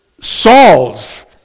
Saul's